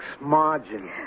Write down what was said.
Margin